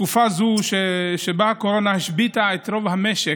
בתקופה זו, שבה הקורונה השביתה את רוב המשק,